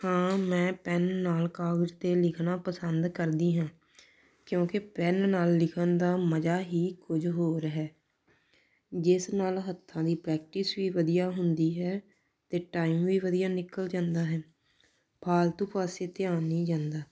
ਹਾਂ ਮੈਂ ਪੈੱਨ ਨਾਲ ਕਾਗਜ਼ 'ਤੇ ਲਿਖਣਾ ਪਸੰਦ ਕਰਦੀ ਹਾਂ ਕਿਉਂਕਿ ਪੈੱਨ ਨਾਲ ਲਿਖਣ ਦਾ ਮਜ਼ਾ ਹੀ ਕੁਝ ਹੋਰ ਹੈ ਜਿਸ ਨਾਲ ਹੱਥਾਂ ਦੀ ਪ੍ਰੈਕਟਿਸ ਵੀ ਵਧੀਆ ਹੁੰਦੀ ਹੈ ਅਤੇ ਟਾਈਮ ਵੀ ਵਧੀਆ ਨਿਕਲ ਜਾਂਦਾ ਹੈ ਫਾਲਤੂ ਪਾਸੇ ਧਿਆਨ ਨਹੀਂ ਜਾਂਦਾ